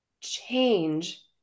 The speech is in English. change